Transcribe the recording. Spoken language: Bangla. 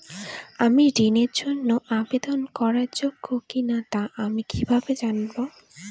আমি ঋণের জন্য আবেদন করার যোগ্য কিনা তা আমি কীভাবে জানব?